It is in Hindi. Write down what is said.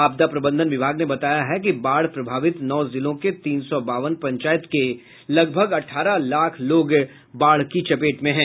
आपदा प्रबंधन विभाग ने बताया है कि बाढ़ प्रभावित नौ जिलों के तीन सौ बावन पंचायत के लगभग अठारह लाख लोग बाढ़ की चपेट में हैं